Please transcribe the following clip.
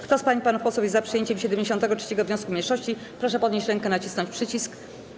Kto z pań i panów posłów jest za przyjęciem 73. wniosku mniejszości, proszę podnieść rękę i nacisnąć przycisk.